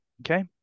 Okay